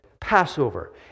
Passover